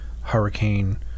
hurricane